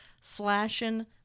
slashing